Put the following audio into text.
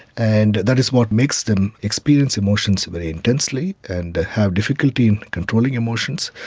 and that is what makes them experience emotions very intensely and have difficulty in controlling emotions.